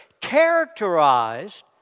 characterized